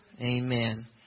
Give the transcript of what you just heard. Amen